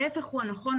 ההיפך הוא הנכון.